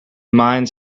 mines